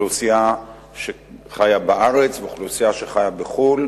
אוכלוסייה שחיה בארץ ואוכלוסייה שחיה בחו"ל